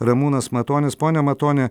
ramūnas matonis pone matoni